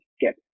get